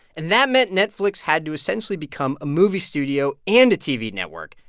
and that meant netflix had to essentially become a movie studio and a tv network,